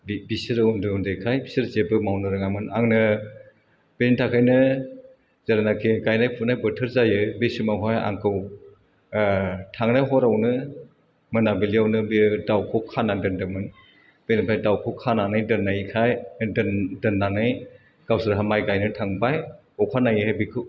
बि बिसोरो उन्दै उन्दैखाय बिसोर जेबो मावनो रोङामोन आंनो बिनि थाखायनो जेलानाखि गायनाय फुनाय बोथोर जायो बे समावहाय आंखौ थांनाय हरावनो मोनाबिलियावनो बेयो दाउखौ खानानै दोन्दोंमोन बिनिफ्राय दाउखौ खानानै दोन्नायखाय दोन दोन्नानै गावसोरहा माय गायनो थांबाय अखानायैहाय बिखौ